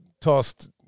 tossed